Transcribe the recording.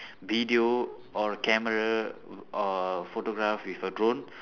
video or camera or photograph with a drone